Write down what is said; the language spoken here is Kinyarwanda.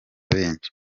benshi